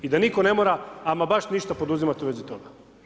I da nitko ne mora, ama baš ništa poduzimati u vezi toga.